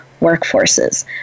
workforces